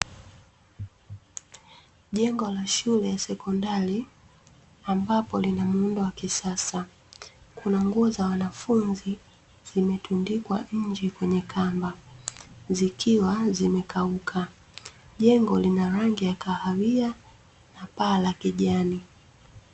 Jengo la shule ya sekondari, ambapo lina muundo wa kisasa. Kuna nguo za wanafunzi, zimetundikwa nje kwenye kamba zikiwa zimekauka. Jengo lina rangiya kahawia na paa la kijani.